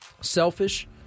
selfish